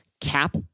cap